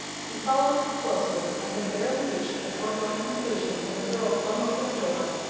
he followed her closely, and had barely reached the foregoing conclusion when the girl flung open a door,